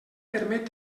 permet